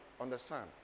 understand